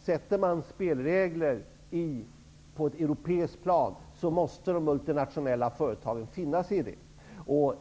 Sätter man spelregler på ett europeiskt plan måste de multinationella företagen finna sig i dessa.